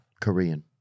Korean